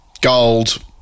gold